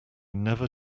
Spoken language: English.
never